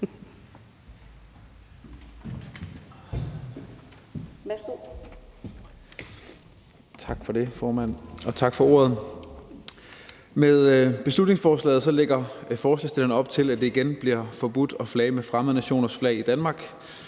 Tak for det, formand, og tak for ordet. Med beslutningsforslaget lægger forslagsstillerne op til, at det igen bliver forbudt at flage med fremmede nationers flag i Danmark.